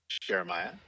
Jeremiah